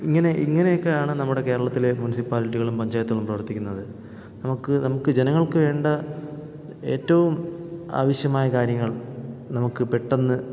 ഇങ്ങനെ ഇങ്ങനെയൊക്കെയാണ് നമ്മുടെ കേരളത്തിലേ മുൻസിപ്പാലിറ്റികളും പഞ്ചായത്തുകളും പ്രവർത്തിക്കുന്നത് നമുക്ക് നമുക്ക് ജനങ്ങൾക്കു വേണ്ട ഏറ്റവും ആവശ്യമായ കാര്യങ്ങൾ നമുക്ക് പെട്ടെന്ന്